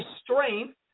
strength